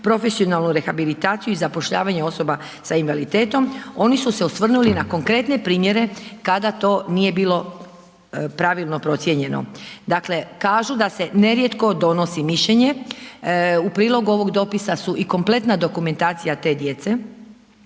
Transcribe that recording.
profesionalnu rehabilitaciju i zapošljavanje osoba s invaliditetom, oni su se osvrnuli na konkretne primjere kada to nije bilo pravilno procijenjeno. Dakle, kažu da se nerijetko donosi mišljenje u prilog ovog dopisa su i kompletna dokumentacija te djece